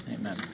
Amen